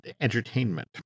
Entertainment